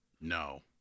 No